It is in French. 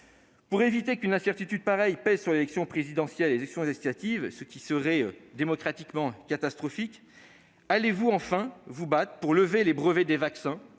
d'éviter qu'une incertitude similaire pèse sur l'élection présidentielle et les élections législatives, ce qui serait démocratiquement catastrophique, allez-vous enfin vous battre pour lever les brevets des vaccins